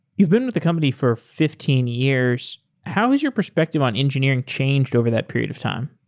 you've been with the company for fifteen years. how has your perspective on engineering changed over that period of time?